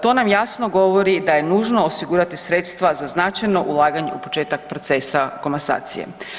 To nam jasno govori da je nužno osigurati sredstva za značajno ulaganje u početak procesa komasacije.